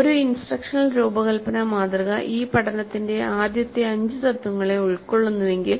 ഒരു ഇൻസ്ട്രക്ഷണൽ രൂപകൽപ്പന മാതൃക ഈ പഠനത്തിന്റെ ആദ്യത്തെ അഞ്ച് തത്ത്വങ്ങളെ ഉൾക്കൊള്ളുന്നുവെങ്കിൽ